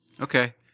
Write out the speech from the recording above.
Okay